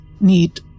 need